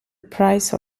price